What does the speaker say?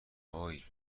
هووی